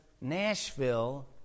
Nashville